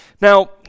Now